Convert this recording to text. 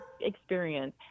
experience